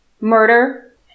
murder